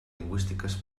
lingüístiques